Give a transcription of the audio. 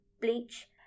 bleach